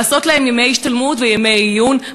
לעשות להם ימי השתלמות וימי עיון?